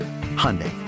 Hyundai